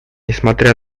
несмотря